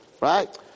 right